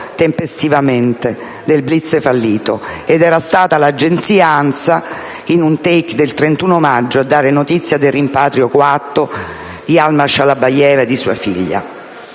tempestivamente del *blitz* fallito, ed era stata l'agenzia ANSA, in un *take* del 31 maggio, a dare notizia del rimpatrio coatto di Alma Shalabayeva e di sua figlia.